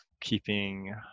keeping